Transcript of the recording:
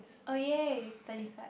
oh ya thirty five